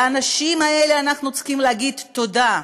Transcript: לאנשים האלה אנחנו צריכים להגיד: תודה,